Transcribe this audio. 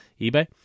eBay